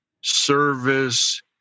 service